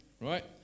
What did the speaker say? right